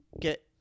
Get